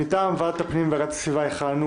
מטעם ועדת הפנים והגנת הסביבה, יכהנו